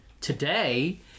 today